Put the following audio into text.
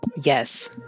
Yes